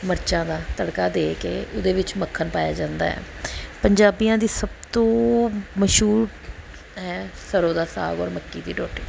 ਮਿਰਚਾਂ ਦਾ ਤੜਕਾ ਦੇ ਕੇ ਉਹਦੇ ਵਿੱਚ ਮੱਖਣ ਪਾਇਆ ਜਾਂਦਾ ਹੈ ਪੰਜਾਬੀਆਂ ਦੀ ਸਭ ਤੋਂ ਮਸ਼ਹੂਰ ਹੈ ਸਰ੍ਹੋਂ ਦਾ ਸਾਗ ਔਰ ਮੱਕੀ ਦੀ ਰੋਟੀ